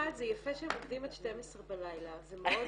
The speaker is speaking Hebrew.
זה יפה שהם עובדים עד 24:00. לא,